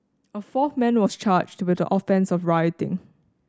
a fourth man was charged with the offence of rioting